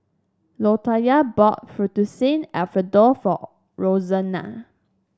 Latoyia bought Fettuccine Alfredo for Roxana